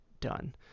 done